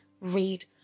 read